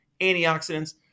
antioxidants